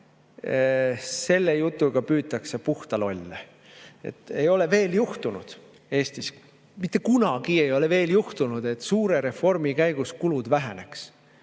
selle jutuga püütakse puhta lolle. Ei ole veel juhtunud Eestis, mitte kunagi veel ei ole juhtunud, et suure reformi käigus kulud väheneks